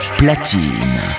platine